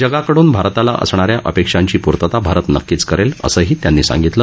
जगाकडून भारताला असणा या अपेक्षांची पूर्तता भारत नक्कीच करेल असंही त्यांनी सांगितलं